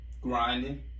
grinding